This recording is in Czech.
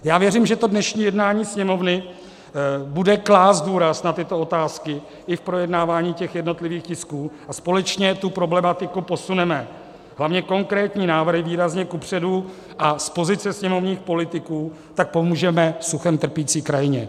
Já věřím, že to dnešní jednání Sněmovny bude klást důraz na tyto otázky i v tom projednávání jednotlivých tisků a společně tu problematiku posuneme, hlavně konkrétními návrhy, výrazně kupředu, a z pozice sněmovních politiků tak pomůžeme suchem trpící krajině.